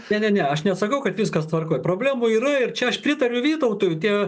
ne ne ne aš nesakau kad viskas tvarkoj problemų yra ir čia aš pritariu vytautui tie